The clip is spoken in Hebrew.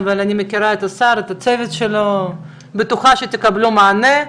אני מכירה את השר ואת הצוות שלו ובטוחה שתקבלו מענה.